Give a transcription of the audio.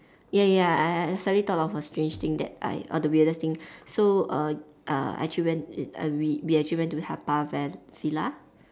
ya ya ya I I suddenly thought of a strange thing that I or the weirdest thing so uh uh I actually went err I we we actually went to Haw Par vil~ villa